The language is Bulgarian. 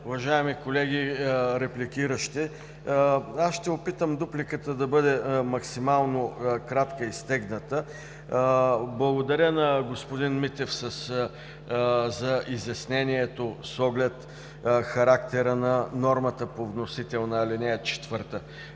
уважаеми колеги репликиращи! Ще опитам дубликата да бъде максимално кратка и стегната. Благодаря на господин Митев за изяснението с оглед характера на нормата по вносител на ал.